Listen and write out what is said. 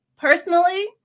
Personally